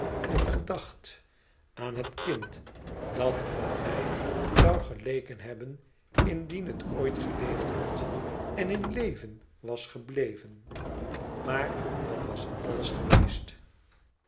en gedacht aan het kind dat op mij zou geleken hebben indien het ooit geleefd had en in leven was gebleven maar dat was alles geweest